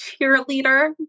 cheerleader